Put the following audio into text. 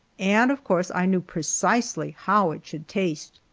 and of course i knew precisely how it should taste.